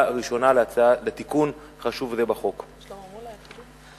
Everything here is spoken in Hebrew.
לתיקון חשוב זה בחוק בקריאה ראשונה.